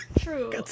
true